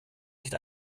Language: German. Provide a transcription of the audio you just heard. nicht